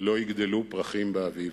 לא יגדלו פרחים באביב.